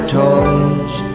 toys